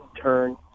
turn